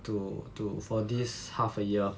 to to for this half a year